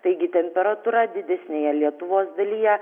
taigi temperatūra didesnėje lietuvos dalyje